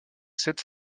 cède